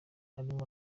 harimo